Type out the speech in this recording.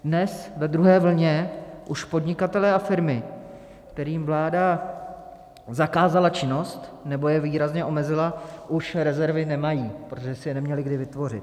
Dnes ve druhé vlně už podnikatelé a firmy, kterým vláda zakázala činnost nebo je výrazně omezila, už rezervy nemají, protože si je neměli kdy vytvořit.